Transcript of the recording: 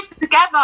together